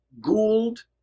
Gould